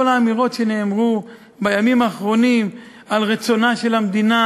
כל האמירות שנאמרו בימים האחרונים על רצונה של המדינה